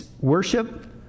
worship